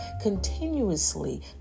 Continuously